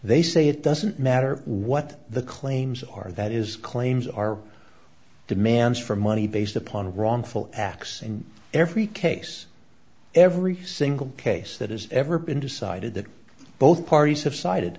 they say it doesn't matter what the claims are that is claims are demands for money based upon wrongful acts in every case every single case that has ever been decided that both parties